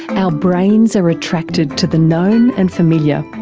our brains are attracted to the known and familiar.